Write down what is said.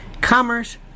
commerce